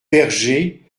berger